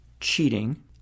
cheating